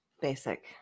basic